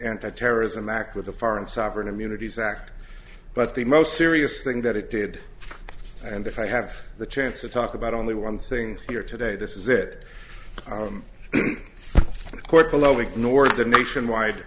anti terrorism act with the foreign sovereign immunity zakk but the most serious thing that it did and if i have the chance to talk about only one thing here today this is it the court below ignores the nationwide